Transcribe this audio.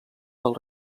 del